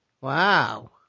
Wow